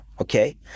Okay